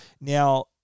Now